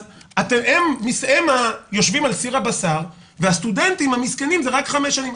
אז הם יושבים על סיר הבשר והסטודנטים המסכנים זה רק חמש שנים.